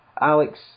Alex